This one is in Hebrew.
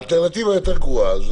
האלטרנטיבה יותר גרועה.